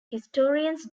historians